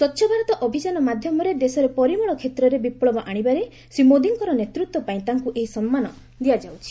ସ୍ପୁଚ୍ଛ ଭାରତ ଅଭିଯାନ ମାଧ୍ୟମରେ ଦେଶରେ ପରିମଳ କ୍ଷେତ୍ରରେ ବିପୁବ ଆଣିବାରେ ଶ୍ରୀ ମୋଦୀଙ୍କର ନେତୃତ୍ୱ ପାଇଁ ତାଙ୍କୁ ଏହି ସମ୍ମାନ ଦିଆଯାଉଛି